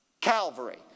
Calvary